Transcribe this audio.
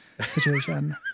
situation